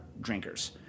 drinkers